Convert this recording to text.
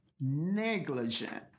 negligent